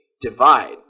divide